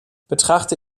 betrachte